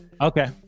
Okay